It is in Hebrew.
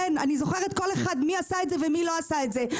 כן אני זוכרת כל אחד שעשה את זה ומי לא עשה את זה,